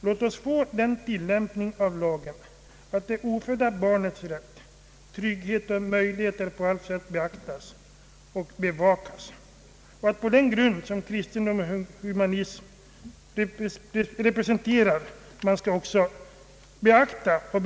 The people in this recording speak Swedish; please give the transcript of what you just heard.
Låt oss få den tillämpningen av lagen, att det ofödda barnets rätt, trygghet och möjligheter på allt sätt beaktas och bevakas och att på den grund som kristendom och humanism representerar dessa möjligheter också tillvaratas.